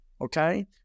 okay